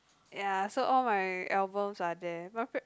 ya so all my albums are there my pri~